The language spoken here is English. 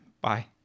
bye